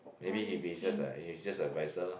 maybe he be just a he's just a adviser lah